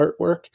artwork